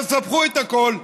תספחו את הכול,